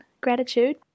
gratitude